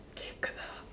கேட்குதா:keetkuthaa